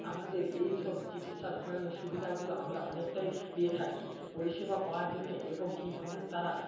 আমাদের এইসব চিকিৎসা ধরনের সুবিধাগুলো আমরা অনেকটাই পেয়ে থাকি পরিষেবা পাওয়ার জন্য এবং কিভাবে তারা